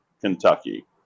Kentucky